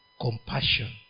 compassion